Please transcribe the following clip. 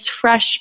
fresh